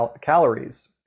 calories